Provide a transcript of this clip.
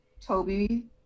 Toby